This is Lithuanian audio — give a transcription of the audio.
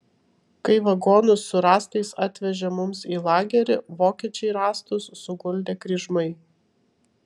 kai vagonus su rąstais atvežė mums į lagerį vokiečiai rąstus suguldė kryžmai